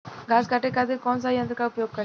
घास काटे खातिर कौन सा यंत्र का उपयोग करें?